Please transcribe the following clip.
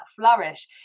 flourish